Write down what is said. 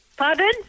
Pardon